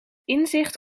inzicht